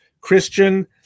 Christian